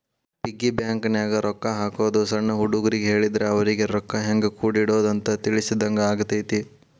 piggy ಬ್ಯಾಂಕನ್ಯಾಗ ರೊಕ್ಕಾ ಹಾಕೋದು ಸಣ್ಣ ಹುಡುಗರಿಗ್ ಹೇಳಿದ್ರ ಅವರಿಗಿ ರೊಕ್ಕಾ ಹೆಂಗ ಕೂಡಿಡೋದ್ ಅಂತ ತಿಳಿಸಿದಂಗ ಆಗತೈತಿ